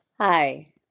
Hi